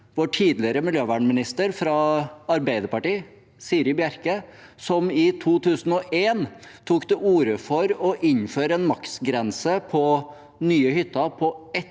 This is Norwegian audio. vår tidligere miljøvernminister fra Arbeiderpartiet, Siri Bjerke, som i 2001 tok til orde for å innføre en maksgrense for nye hytter på 100 m².